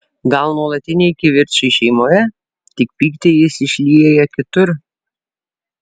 gal nuolatiniai kivirčai šeimoje tik pyktį jis išlieja kitur